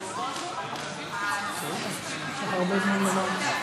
חבר הכנסת כהן.